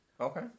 Okay